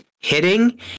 hitting